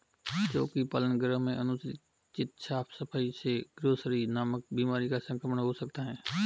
चोकी पालन गृह में अनुचित साफ सफाई से ग्रॉसरी नामक बीमारी का संक्रमण हो सकता है